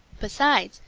besides,